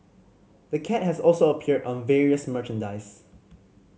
the cat has also appeared on various merchandise